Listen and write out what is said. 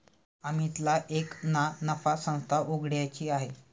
अमितला एक ना नफा संस्था उघड्याची आहे